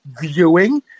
viewing